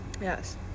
Yes